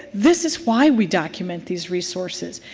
this is why we document these resources.